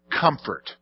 Comfort